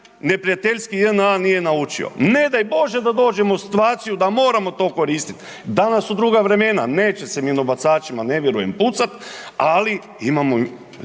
neprijateljski JNA nije naučio? Ne daj bože da dođemo u situaciju da moramo to koristit', danas su druga vremena, neće se minobacačima, ne vjerujem, pucat, ali imamo